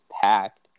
packed